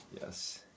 Yes